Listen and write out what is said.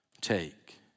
Take